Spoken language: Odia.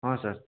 ହଁ ସାର୍